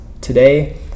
today